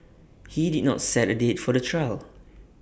he did not set A date for the trial